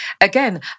Again